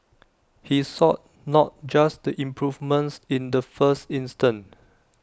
he sought not just the improvements in the first instance